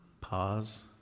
Pause